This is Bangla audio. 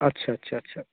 আচ্ছা আচ্ছা আচ্ছা